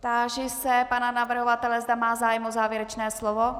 Táži se pana navrhovatele, zda má zájem o závěrečné slovo.